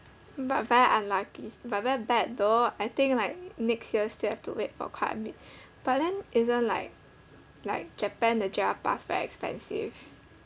but very unlucky but very bad though I think like next year still have to wait for quite a bit but then isn't like like japan the J_R pass very expensive